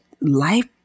life